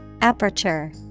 Aperture